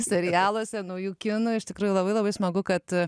serialuose naujų kinų iš tikrųjų labai labai smagu kad